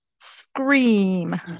Scream